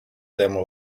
them